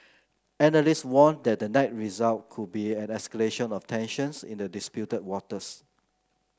analysts warn that the net result could be an escalation of tensions in the disputed waters